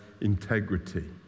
integrity